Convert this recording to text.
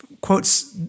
quotes